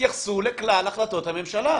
תתייחסו לכלל החלטות הממשלה.